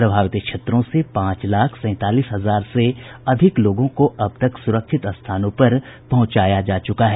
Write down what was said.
प्रभावित क्षेत्रों से पांच लाख सैंतालीस हजार से अधिक लोगों को अब तक सुरक्षित स्थानों पर पहुंचाया जा चुका है